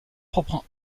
propre